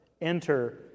enter